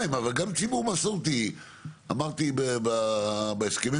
גם ציבור מסורתי אמרתי גם בהסכמים